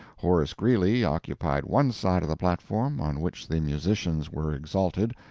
horace greeley occupied one side of the platform on which the musicians were exalted,